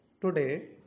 Today